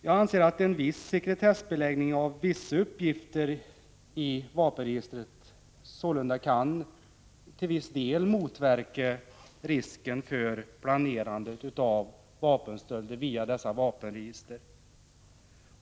Jag anser att en sekretessbeläggning av vissa uppgifter i vapenregistren sålunda till viss del kan motverka risken för planerandet av vapenstölder via vapenregister.